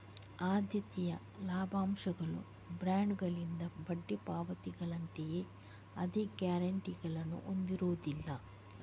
ಆದ್ಯತೆಯ ಲಾಭಾಂಶಗಳು ಬಾಂಡುಗಳಿಂದ ಬಡ್ಡಿ ಪಾವತಿಗಳಂತೆಯೇ ಅದೇ ಗ್ಯಾರಂಟಿಗಳನ್ನು ಹೊಂದಿರುವುದಿಲ್ಲ